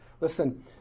Listen